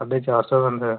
साड्ढे चार सौ बंदें दा